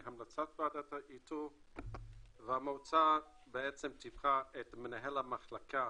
המלצת ועדת האיתור והמועצה תקבע את מנהל המחלקה